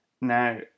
Now